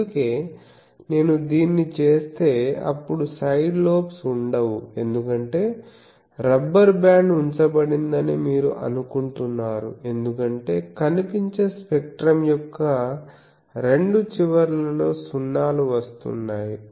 అందుకే నేను దీన్ని చేస్తే అప్పుడు సైడ్ లోబ్స్ వుండవు ఎందుకంటే రబ్బరు బ్యాండ్ ఉంచబడిందని మీరు అనుకుంటున్నారు ఎందుకంటే కనిపించే స్పెక్ట్రం యొక్క రెండు చివర్లలో సున్నాలు వస్తున్నాయి